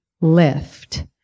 lift